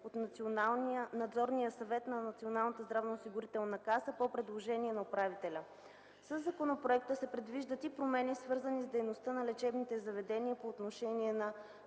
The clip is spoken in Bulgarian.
от Надзорния съвет на Националната здравноосигурителна каса по предложение на управителя. Със законопроекта се предвиждат и промени, свързани с дейността на лечебните заведения по отношение на: